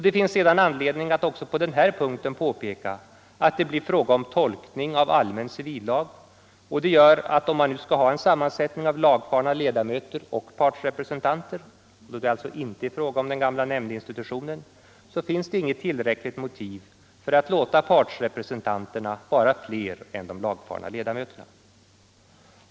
Det är sedan anledning att även på denna punkt påpeka att det blir fråga om tolkning av allmän civillag, och det gör att om man nu skall ha en sammansättning av lagfarna ledamöter och partsrepresentanter — då det alltså inte är fråga om den gamla nämndinstitutionen — finns det inget tillräckligt motiv för att låta partsrepresentanterna vara flera än de lagfarna ledamöterna.